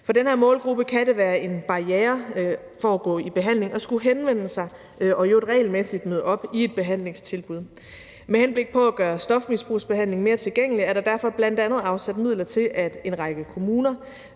For den her målgruppe kan det være en barriere for at gå i behandling at skulle henvende sig og i øvrigt regelmæssigt møde op i et behandlingstilbud. Med henblik på at gøre stofmisbrugsbehandlingen mere tilgængelig er der derfor bl.a. afsat midler til, at en række kommuner